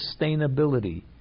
sustainability